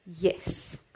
Yes